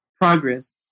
progress